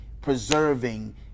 preserving